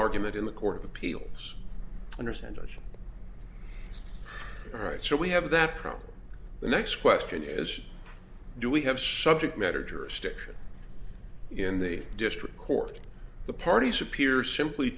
argument in the court of appeals under center right so we have that problem the next question is do we have subject matter jurisdiction in the district court the parties appear simply